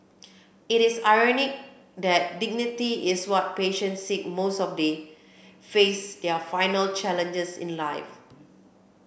it is ironic that dignity is what patients seek most as they face their final challenges in life